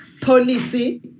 policy